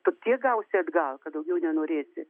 tu tiek gausi atgal kad daugiau nenorėsi